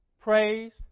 praise